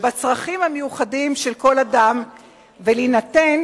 בצרכים המיוחדים של כל אדם ולהינתן